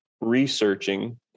researching